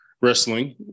wrestling